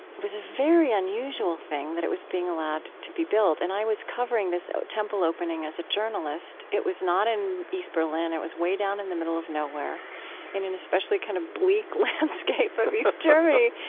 it was a very unusual thing that it was being allowed to be built. and i was covering this ah temple opening as a journalist. it was not in east berlin. it was way down in the middle of nowhere and in an especially kind of bleak landscape of east germany.